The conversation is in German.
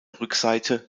rückseite